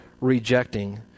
rejecting